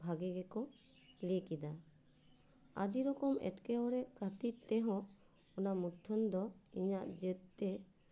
ᱵᱷᱟᱹᱜᱤ ᱜᱮᱠᱚ ᱞᱟᱹᱭ ᱠᱮᱫᱟ ᱟᱹᱰᱤ ᱨᱚᱠᱚᱢ ᱮᱴᱠᱮ ᱴᱚᱲᱮ ᱠᱷᱟᱹᱛᱤᱨ ᱛᱮᱦᱚᱸ ᱚᱱᱟ ᱢᱩᱴᱷᱟᱹᱱ ᱫᱚ ᱤᱧᱟᱹᱜ ᱡᱮᱫ ᱛᱮ